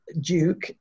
Duke